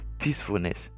peacefulness